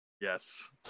Yes